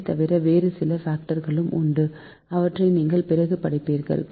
இவைதவிர வேறு சில பாக்டர்களும் உண்டு அவற்றை நீங்கள் பிறகு படிப்பீர்கள்